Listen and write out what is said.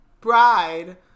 bride-